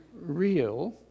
real